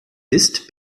ist